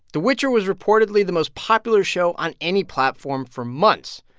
the witcher was reportedly the most popular show on any platform for months,